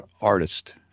artist